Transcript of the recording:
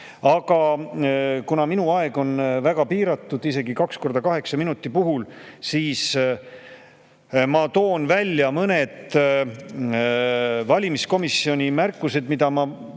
Aga kuna minu aeg on väga piiratud, isegi kaks korda kaheksa minuti puhul, siis ma toon välja mõned valimiskomisjoni märkused, mida ma